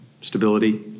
stability